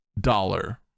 dollar